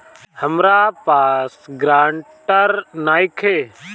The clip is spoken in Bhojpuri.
हमरा पास ग्रांटर नइखे?